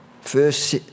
first